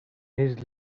his